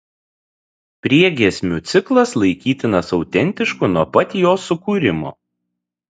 priegiesmių ciklas laikytinas autentišku nuo pat jo sukūrimo